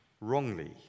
wrongly